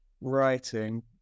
writing